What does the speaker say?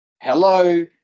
Hello